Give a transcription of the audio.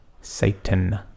Satan